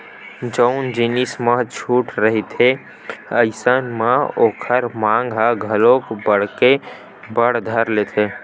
जउन जिनिस म छूट रहिथे अइसन म ओखर मांग ह घलो बड़हे बर धर लेथे